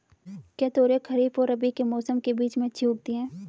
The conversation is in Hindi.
क्या तोरियां खरीफ और रबी के मौसम के बीच में अच्छी उगती हैं?